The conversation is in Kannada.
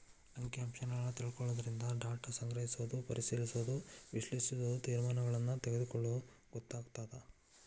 ಅಂಕಿ ಅಂಶಗಳನ್ನ ತಿಳ್ಕೊಳ್ಳೊದರಿಂದ ಡಾಟಾ ಸಂಗ್ರಹಿಸೋದು ಪರಿಶಿಲಿಸೋದ ವಿಶ್ಲೇಷಿಸೋದು ತೇರ್ಮಾನಗಳನ್ನ ತೆಗೊಳ್ಳೋದು ಗೊತ್ತಾಗತ್ತ